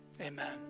amen